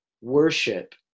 worship